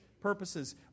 purposes